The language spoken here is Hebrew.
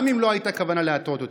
גם אם לא הייתה כוונה להטעות אותם.